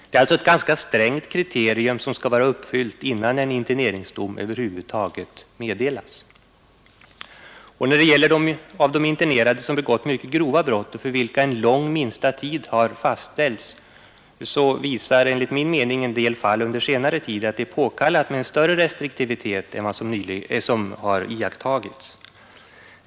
Det är alltså ett ganska strängt kriterium som skall vara uppfyllt innan en interneringsdom över huvud taget meddelas. När det gäller de av de internerade vilka begått mycket grova brott och för vilka en lång minsta tid fastställts visar en del fall under senare tid enligt min mening att det är påkallat med större restriktivitet än vad som har iakttagits.